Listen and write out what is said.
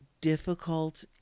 difficult